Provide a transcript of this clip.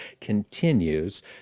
continues